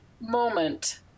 moment